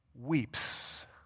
weeps